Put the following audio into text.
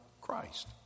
Christ